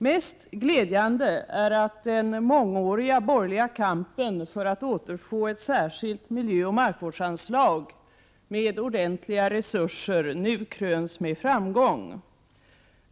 Mest glädjande är att den mångåriga borgerliga kampen för att återfå ett särskilt miljöoch markvårdsanslag med ordentliga resurser nu kröns med framgång.